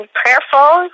prayerful